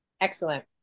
excellent